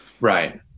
Right